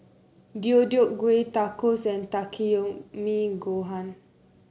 Deodeok Gui Tacos and Takikomi Gohan